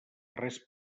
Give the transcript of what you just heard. res